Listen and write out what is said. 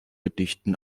gedichte